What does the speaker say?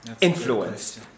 influence